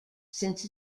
since